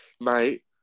Mate